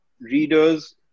readers